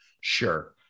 Sure